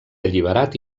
alliberat